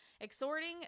exhorting